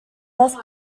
best